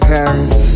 Paris